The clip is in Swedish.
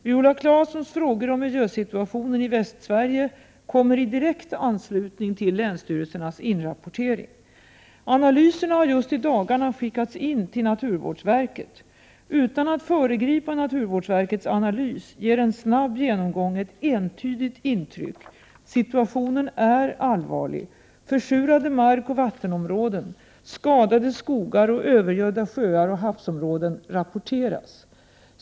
Viola Claessons frågor om miljösituationen i Västsverige kommer i direkt anslutning till länsstyrelsernas inrapportering. Analyserna har just i dagarna skickats in till naturvårdsverket. Utan att föregripa naturvårdsverkets analys vill jag säga att en snabb genomgång ger ett entydigt intryck: Situationen är allvarlig. Försurade markoch vattenområden, skadade skogar och övergödda sjöar och havsområden rapporteras.